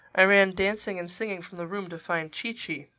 i ran dancing and singing from the room to find chee-chee.